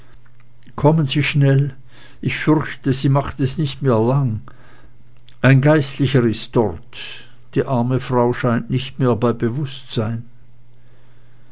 kommen sie schnell ich fürchte sie macht es nicht mehr lang ein geistlicher ist dort die arme frau scheint nicht mehr bei bewußtsein